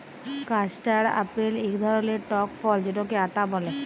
custard apple ইক ধরলের টক ফল যেটকে আতা ব্যলে